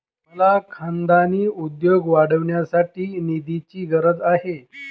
मला खानदानी उद्योग वाढवण्यासाठी निधीची गरज आहे